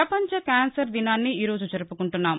ప్రపంచ కాన్సర్ దినాన్ని ఈరోజు జరుపుకుంటున్నాం